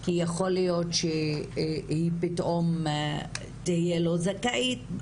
כי יכול להיות שהיא פתאום תהיה לא זכאית?